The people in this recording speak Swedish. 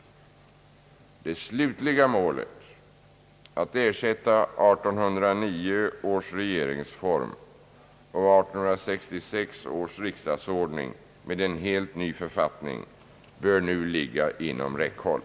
Det slutliga målet, att ersätta 1809 års regeringsform och 1866 års riksdagsordning med en helt ny författning, bör nu ligga inom räckhåll.